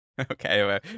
Okay